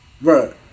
Bro